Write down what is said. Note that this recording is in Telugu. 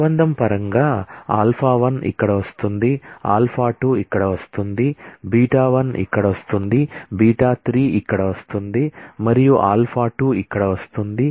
రిలేషన్ పరంగా α 1 ఇక్కడ వస్తోంది α 2 ఇక్కడ వస్తోంది β 1 ఇక్కడ వస్తోంది β 3 ఇక్కడ వస్తోంది మరియు α 2 ఇక్కడ వస్తోంది